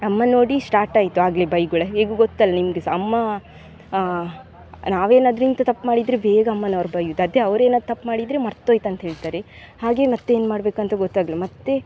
ಅಮ್ಮ ನೋಡಿ ಸ್ಟಾರ್ಟಾಯಿತು ಆಗಲೇ ಬೈಗುಳ ಹೇಗೂ ಗೊತ್ತಲ್ಲ ನಿಮ್ಮದು ಸಹ ಅಮ್ಮ ನಾವೇನಾದರೂ ಇಂಥ ತಪ್ಪು ಮಾಡಿದರೆ ಬೇಗ ಅಮ್ಮನವ್ರು ಬೈಯ್ಯುದು ಅದೇ ಅವ್ರೇನಾರು ತಪ್ಪು ಮಾಡಿದರೆ ಮರ್ತೋಯ್ತು ಅಂತ್ಹೇಳ್ತಾರೆ ಹಾಗೇ ಮತ್ತೇನು ಮಾಡಬೇಕಂತ ಗೊತ್ತಾಗಲಿಲ್ಲ ಮತ್ತೆ